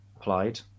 applied